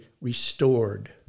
restored